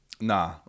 Nah